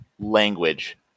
language